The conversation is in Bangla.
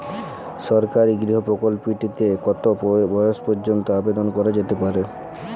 সরকারি গৃহ প্রকল্পটি তে কত বয়স পর্যন্ত আবেদন করা যেতে পারে?